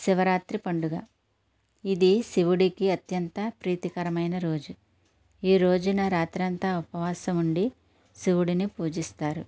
శివరాత్రి పండుగ ఇది శివుడికి అత్యంత ప్రీతికరమైన రోజు ఈ రోజున రాత్రంతా ఉపవాసం ఉండి శివుడిని పూజిస్తారు